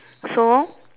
so